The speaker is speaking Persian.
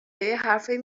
یاحرفایی